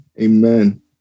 Amen